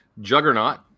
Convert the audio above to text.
Juggernaut